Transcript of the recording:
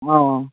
ꯑꯧ